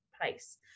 place